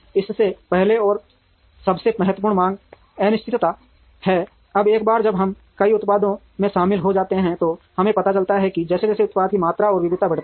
सबसे पहले और सबसे महत्वपूर्ण मांग अनिश्चितता है अब एक बार जब हम कई उत्पादों में शामिल हो जाते हैं तो हमें पता चलता है कि जैसे जैसे उत्पाद की मात्रा और विविधता बढ़ती है